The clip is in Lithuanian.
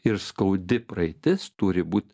ir skaudi praeitis turi būt